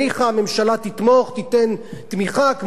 תיתן תמיכה כמו לתיאטרון או קולנוע וכו'.